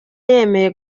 yemeye